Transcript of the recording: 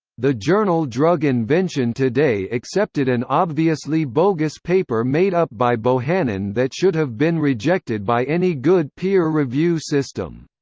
the journal drug invention today accepted an obviously bogus paper made up by bohannon that should have been rejected by any good peer review system.